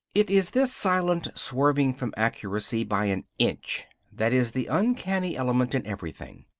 it is this silent swerving from accuracy by an inch that is the uncanny element in everything.